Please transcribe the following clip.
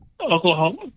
Oklahoma